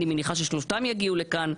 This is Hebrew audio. אני מניחה ששלושתם יגיעו לכאן.